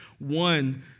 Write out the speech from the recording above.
One